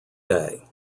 day